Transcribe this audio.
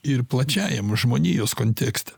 ir plačiajam žmonijos kontekste